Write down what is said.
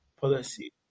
policy